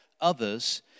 others